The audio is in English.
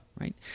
right